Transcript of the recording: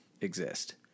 exist